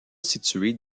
situé